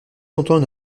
longtemps